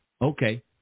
Okay